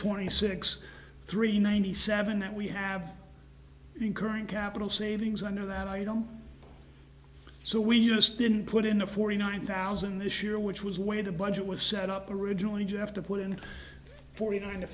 twenty six three ninety seven that we have incurring capital savings i know that i don't so we just didn't put in a forty nine thousand this year which was where the budget was set up originally geoff to put in forty nine